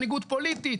מנהיגות פוליטית,